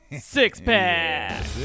Six-pack